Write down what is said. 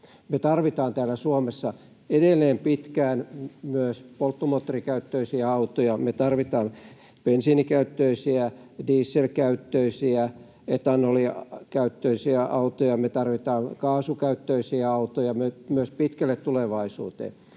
Me tarvitsemme täällä Suomessa edelleen pitkään myös polttomoottorikäyttöisiä autoja, me tarvitaan bensiinikäyttöisiä, dieselkäyttöisiä, etanolikäyttöisiä autoja, me tarvitaan kaasukäyttöisiä autoja myös pitkälle tulevaisuuteen.